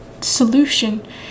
solution